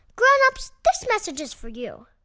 grown-ups, this message is for you